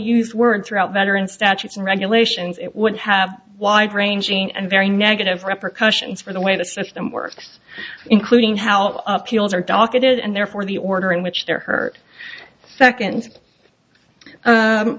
used word throughout veteran statutes and regulations it would have wide ranging and very negative repercussions for the way the system works including how our docket it and therefore the order in which they're hurt second